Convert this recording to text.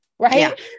right